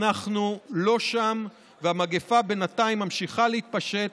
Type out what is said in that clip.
אנחנו לא שם והמגפה בינתיים ממשיכה להתפשט